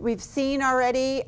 we've seen already